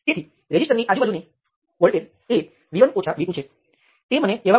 તેથી સામાન્ય પ્રક્રિયાને અનુસરીને તમે સુપર નોડ બનાવો અને KCL સમીકરણ લખો